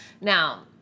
Now